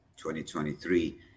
2023